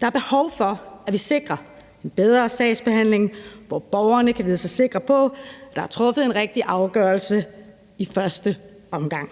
Der er behov for, at vi sikrer en bedre sagsbehandling, hvor borgerne kan vide sig sikre på, at der er truffet en rigtig afgørelse i første omgang.